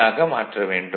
யாக மாற்ற வேண்டும்